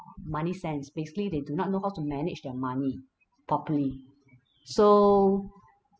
money sense basically they do not know how to manage their money properly so